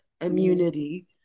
immunity